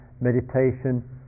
meditation